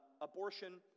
abortion